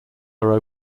are